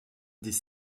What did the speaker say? des